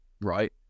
right